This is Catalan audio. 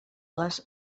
les